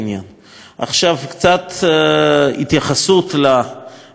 עכשיו קצת התייחסות לממדים שלנו.